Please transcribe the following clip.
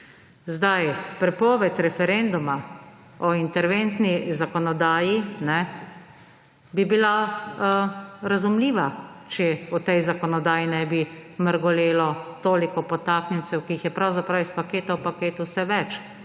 Prepoved referenduma o interventni zakonodaji bi bila razumljiva, če v tej zakonodaji ne bi mrgolelo toliko podtaknjencev, ki jih je pravzaprav iz paketa v paket vse več.